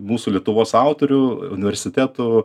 mūsų lietuvos autorių universitetų